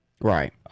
Right